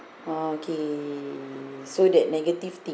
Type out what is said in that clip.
okay so that negative thing